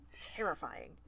Terrifying